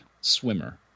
swimmer